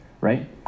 right